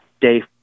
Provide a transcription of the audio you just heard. day